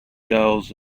girls